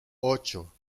ocho